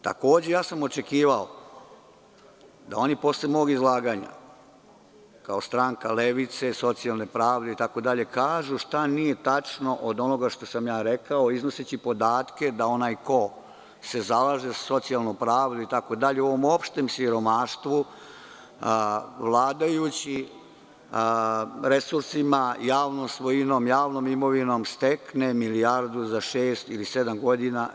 Takođe sam očekivao da oni posle mog izlaganja kao stranka levice, socijalne pravde itd. kažu šta nije tačno od onoga što sam rekao iznoseći podatke da onaj ko se zalaže za socijalnu pravdu u ovom opštem siromaštvu, vladajući resursima, javnom svojinom i imovinom stekne milijardu za šest ili sedam godina.